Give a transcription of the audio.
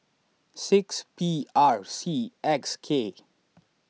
six P R C X K